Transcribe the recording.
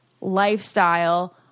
lifestyle